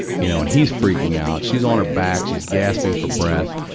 you know. and he's freaking out. she's on her back, she's gasping for breath.